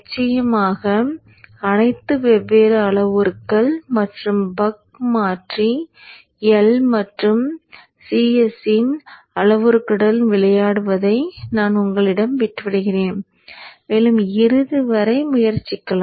நிச்சயமாக அனைத்து வெவ்வேறு அளவுருக்கள் மற்றும் பக் மாற்றி L மற்றும் C's இன் அளவுருக்களுடன் விளையாடுவதை நான் உங்களிடம் விட்டுவிடுகிறேன் மேலும் இறுதிவரை முயற்சிக்கவும்